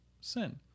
sin